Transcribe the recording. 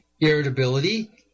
irritability